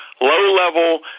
low-level